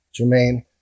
Jermaine